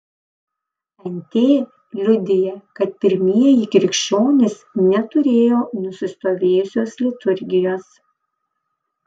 nt liudija kad pirmieji krikščionys neturėjo nusistovėjusios liturgijos